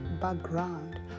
background